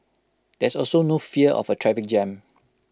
there's also no fear of A traffic jam